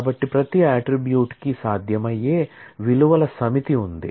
కాబట్టి ప్రతి అట్ట్రిబ్యూట్ కి సాధ్యమయ్యే విలువల సమితి ఉంది